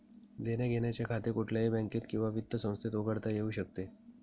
देण्याघेण्याचे खाते कुठल्याही बँकेत किंवा वित्त संस्थेत उघडता येऊ शकते